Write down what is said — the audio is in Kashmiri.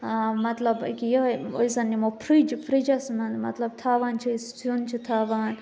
مطلب أکہِ یِہَے أسۍ زَن نِمو فرٛج فرٛجَس منٛز مطلب تھاوان چھِ أسۍ سیُن چھِ تھاوان